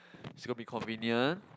it's gonna be convenient